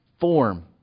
form